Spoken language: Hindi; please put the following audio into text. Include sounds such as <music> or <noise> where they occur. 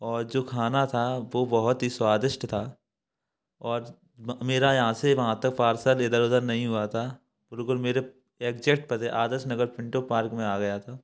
और जो खाना था वो बहुत ही स्वादिस्ट था और मेरा यहाँ से वहाँ तक पार्सल इधर उधर नहीं हुआ था <unintelligible> मेरे एक्जेक्ट पते आदर्श नगर पिंटो पार्क में आ गया था